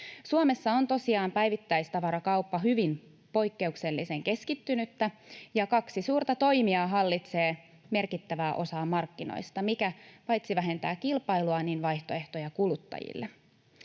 Suomessa on tosiaan päivittäistavarakauppa hyvin poikkeuksellisen keskittynyttä ja kaksi suurta toimijaa hallitsee merkittävää osaa markkinoista, mikä vähentää paitsi kilpailua myös vaihtoehtoja kuluttajille.